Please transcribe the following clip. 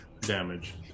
damage